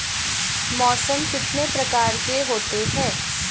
मौसम कितने प्रकार के होते हैं?